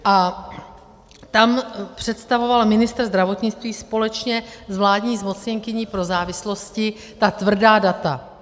A tam představoval ministr zdravotnictví společně s vládní zmocněnkyní pro závislosti ta tvrdá data.